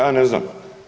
Ja ne znam.